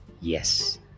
Yes